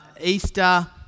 Easter